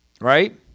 Right